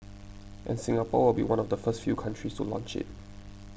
and Singapore will be one of the first few countries to launch it